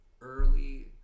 early